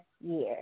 year